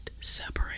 separate